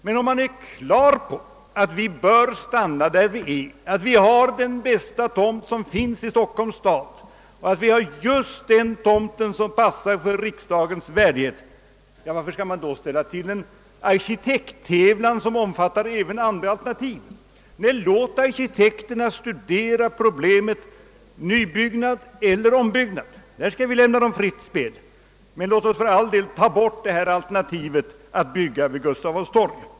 Men om man har klart för sig att vi bör vara kvar där vi är, att vi har den bästa tomt som finns i Stockholms stad och dessutom just den tomt som anstår riksdagens värdighet, varför skall man då sätta i gång en arkitekttävlan, som omfattar även andra alternativ? Nej, låt arkitekterna studera problemet nybyggnad eller ombyggnad — därvidlag skall vi lämna dem fritt spelrum — men låt oss för all del ta bort alternativet att bygga vid Gustav Adolfs torg!